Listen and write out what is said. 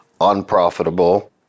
unprofitable